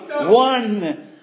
One